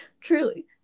Truly